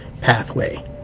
pathway